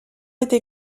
été